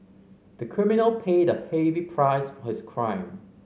the criminal paid a heavy price for his crime